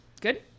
Good